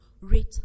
rate